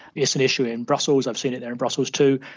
it's an issue in brussels, i've seen it there in brussels too.